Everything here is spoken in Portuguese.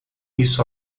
isso